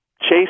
chase